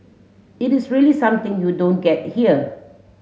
it is really something you don't get here